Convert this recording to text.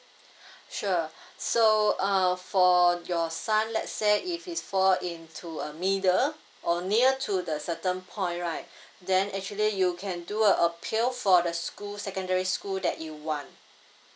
sure so uh for your son let's say if he's fall into a middle or near to the certain point right then actually you can do appeal for the school secondary school that you want